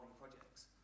projects